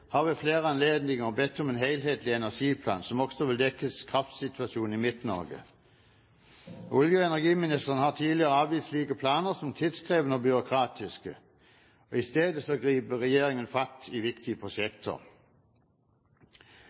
har ved flere anledninger bedt om en helhetlig energiplan, som også ville dekke kraftsituasjonen i Midt-Norge. Olje- og energiministeren har tidligere avvist slike planer som tidkrevende og byråkratiske. I stedet griper regjeringen fatt i viktige prosjekter.